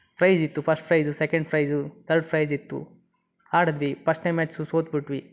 prize ಇತ್ತು first prize second prize third prize ಇತ್ತು ಆಡಿದ್ವಿ ಪಸ್ಟ್ನೇ ಮ್ಯಾಚ್ ಸೋತ್ಬಿಟ್ವಿ